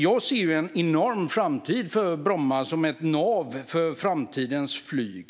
Jag ser därför en enorm framtid för Bromma som ett nav för framtidens flyg.